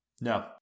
No